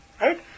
Right